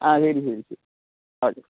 ആ ശരി ശരി ശരി ഓക്കെ